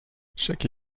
chaque